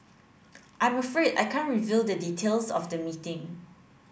I'm afraid I can't reveal the details of the meeting